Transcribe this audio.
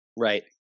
Right